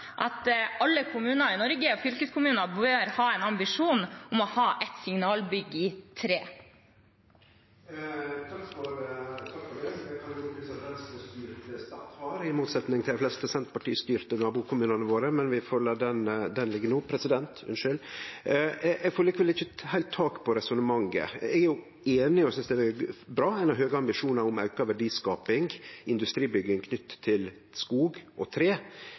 at alle kommuner og fylkeskommuner i Norge bør ha en ambisjon om å ha et signalbygg i tre. Takk for det. Det kan eg opplyse om at Venstre-styrte Stad har, i motsetning til dei fleste Senterparti-styrte nabokommunane våre. Men vi får la det liggje. Eg får likevel ikkje heilt tak på resonnementet. Eg er einig i og synest det er bra at ein har høge ambisjonar om auka verdiskaping og industribygging knytt til skog og tre,